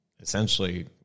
essentially